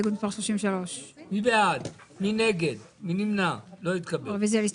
רוויזיה על הסתייגות מספר 1. מי בעד קבלת הרוויזיה?